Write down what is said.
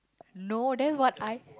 no that's what I